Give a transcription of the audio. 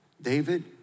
David